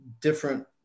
different